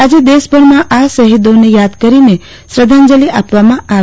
આજે દેશભરમાં શહીદોને થાદ કરી ને શ્રદ્વાંજલિ આપવામાં આવી